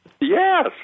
Yes